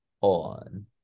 on